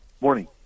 Morning